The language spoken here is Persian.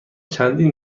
چندین